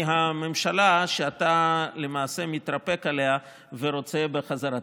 הממשלה שאתה למעשה מתרפק עליה ורוצה בחזרתה.